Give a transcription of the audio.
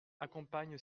accompagnent